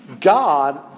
God